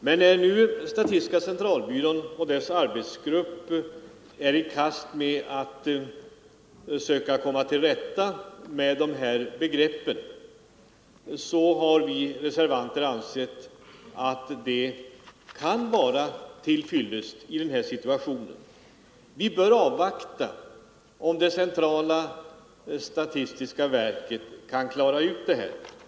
Men när nu statistiska centralbyrån och dess arbetsgrupp har gett sig i kast med och försöker komma till rätta med dessa begrepp, har vi reservanter ansett att det kan vara till fyllest i den här situationen. Vi bör avvakta och se om det centrala statistiska verket klarar detta i och för sig intressanta spörsmål.